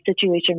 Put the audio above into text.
situation